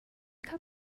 cup